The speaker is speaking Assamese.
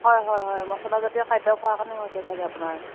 হয় হয় হয় মচলাজাতীয় খাদ্য খোৱাৰ কাৰণে হৈছে চাগৈ আপোনাৰ